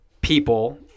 people